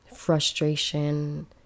frustration